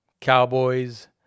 Cowboys